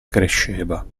cresceva